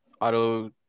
auto